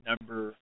Number